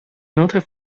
noted